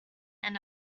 and